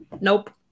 Nope